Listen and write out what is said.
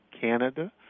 Canada